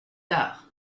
tard